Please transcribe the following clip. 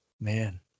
Man